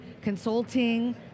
consulting